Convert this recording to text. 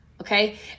okay